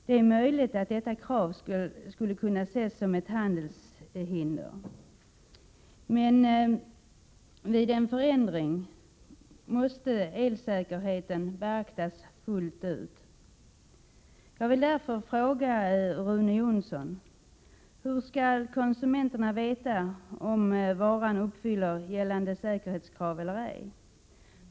Det är möjligt att detta krav skulle kunna ses som ett handelshinder. Vid en förändring måste emellertid elsäkerheten beaktas fullt ut. Jag vill därför fråga Rune Jonsson hur konsumenterna skall veta om varan uppfyller gällande säkerhetskrav eller ej.